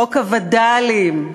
חוק הווד"לים,